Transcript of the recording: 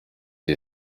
you